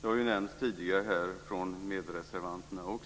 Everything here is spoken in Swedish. Det har också nämnts här tidigare från medreservanterna.